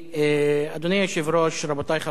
אדוני היושב-ראש, רבותי חברי הכנסת,